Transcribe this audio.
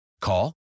Call